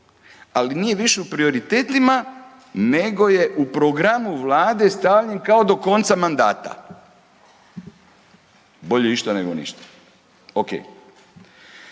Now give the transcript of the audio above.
ali više nije u prioritetima nego je u programu vlade stavljen kao do konca mandata, bolje išta nego ništa, okej.